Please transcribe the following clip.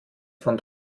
von